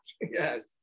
Yes